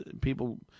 people